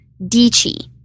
Dichi